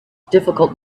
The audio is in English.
difficult